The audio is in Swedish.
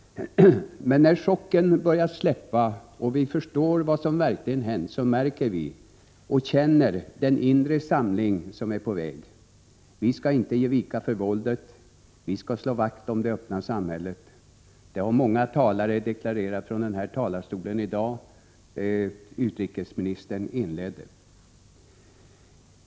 Men när chocken börjat släppa och vi förstår vad som verkligen hänt, märker vi och känner den inre samling som är på väg: Vi skall inte ge vika för våldet, utan vi skall slå vakt om det öppna samhället. Utrikesministern var den förste att deklarera detta i dagens debatt, och många andra har gjort det.